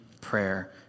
prayer